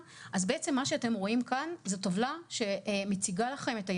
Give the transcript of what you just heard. בעצם מה שאתם רואים כאן זו טבלה שמציגה לכם את היעדים.